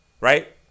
Right